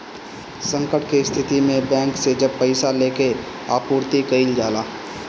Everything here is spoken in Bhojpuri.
संकट के स्थिति में बैंक से सब पईसा लेके आपूर्ति कईल जाला